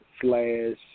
slash